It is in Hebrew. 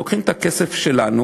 לוקחים את הכסף שלנו